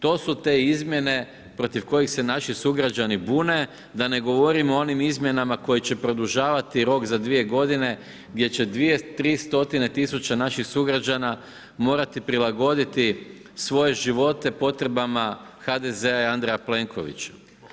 To su te izmjene protiv kojih se naši sugrađani bune, da ne govorim o onim izmjenama koje će produžavati rok za 2 godine gdje 2, 3 stotine tisuća naših sugrađana morati prilagoditi svoje živote potrebama HDZ-a i Andreja Plenkovića.